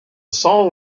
song